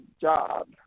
job